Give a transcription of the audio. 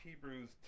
Hebrews